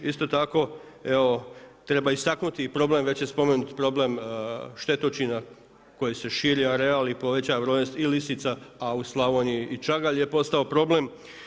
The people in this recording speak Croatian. Isto tako evo treba istaknuti i problem, već je spomenut problem štetočina koji se širi areal i povećava brojnost i lisica, a u Slavoniji i čagalj je postao problem.